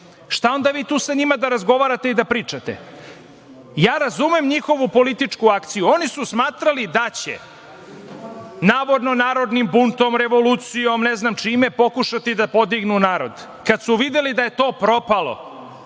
Šta onda vi tu sa njima da razgovarate i da pričate? Ja razumem njihovu političku akciju. Oni su smatrali da će, navodno narodnim buntom, revolucijom, ne znam čime, pokušati da podignu narod. Kad su videli da je to propalo,